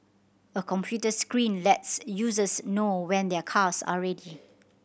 a computer screen lets users know when their cars are ready